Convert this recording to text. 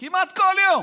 כמעט כל יום,